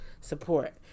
support